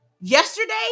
Yesterday